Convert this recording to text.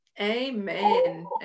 Amen